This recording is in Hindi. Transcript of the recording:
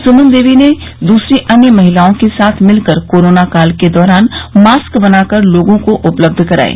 सुमन देवी ने दूसरी अन्य महिलाओं के साथ मिलकर कोरोना काल के दौरान मास्क बनाकर लोगों को उपलब्ध कराये